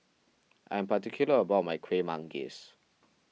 I am particular about my Kueh Manggis